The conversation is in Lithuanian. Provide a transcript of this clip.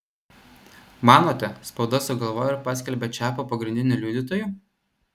manote spauda sugalvojo ir paskelbė čiapą pagrindiniu liudytoju